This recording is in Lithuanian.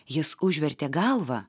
jis užvertė galvą